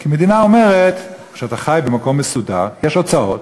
כי המדינה אומרת, אתה חי במקום מסודר, יש הוצאות,